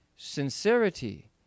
Sincerity